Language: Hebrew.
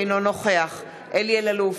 אינו נוכח אלי אלאלוף,